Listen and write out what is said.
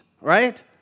right